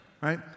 right